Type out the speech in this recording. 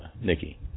Nikki